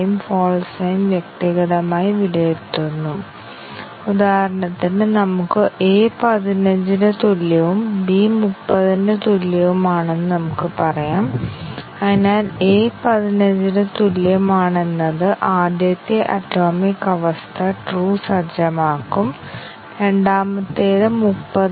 തെറ്റ് അധിഷ്ഠിത പരിശോധന എന്ന നിലയിൽ ചില പ്രത്യേക തരം തകരാറുകൾ കണ്ടെത്തുന്നതിനായി ഞങ്ങൾ ടെസ്റ്റ് കേസുകൾ രൂപകൽപ്പന ചെയ്യുന്നു ഉദാഹരണത്തിന് വേരിയബിളിന്റെ തരം തെറ്റായതിനാൽ ഒരു തെറ്റ് ആയിരിക്കാം int ഒരു ഫ്ലോട്ടിലോ ഫ്ലോട്ടിലോ ഇൻറ്റ് ആക്കി